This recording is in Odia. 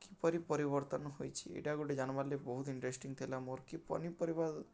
କିପରି ପରିବର୍ତ୍ତନ ହୋଇଛି ଏଟା ଗୁଟେ ଜାନ୍ବାର୍ ଲାଗି ବହୁତ୍ ଇନ୍ଟ୍ରେଷ୍ଟିଂ ଥିଲା ମୋର୍ କି ପନିପରିବା ଦର୍